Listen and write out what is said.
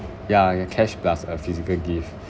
ya ya cash plus a physical gift